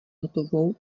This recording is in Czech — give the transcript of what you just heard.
hotovou